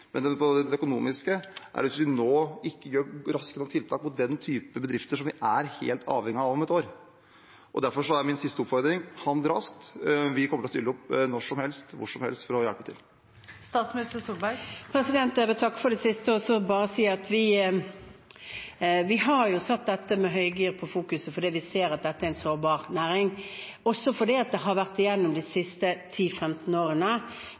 vi nå ikke setter inn raske nok tiltak for den typen bedrifter som vi er helt avhengige av om et år. Derfor er min siste oppfordring: Handle raskt, vi kommer til å stille opp når som helst, hvor som helst, for å hjelpe til. Jeg vil takke for det siste og bare si at vi har satt mer høygir på fokuset fordi vi ser at dette er en sårbar næring, også fordi luftfartsselskapene de siste 10–15 årene har vært igjennom